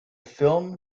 film